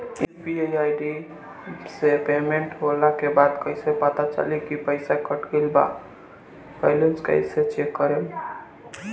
UPI ID से payment होला के बाद कइसे पता चली की पईसा कट गएल आ बैलेंस कइसे चेक करम?